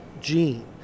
gene